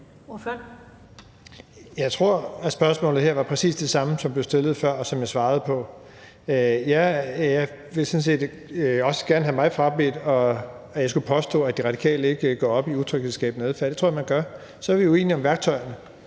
Jeg tror, at spørgsmålet her var præcis det samme, som blev stillet før, og som jeg svarede på. Jeg vil sådan set også gerne have mig frabedt, at jeg skulle påstå, at De Radikale ikke går op i at bekæmpe utryghedsskabende adfærd, for det tror jeg man gør. Så er vi uenige om værktøjerne,